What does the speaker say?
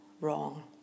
wrong